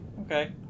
Okay